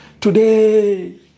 today